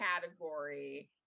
category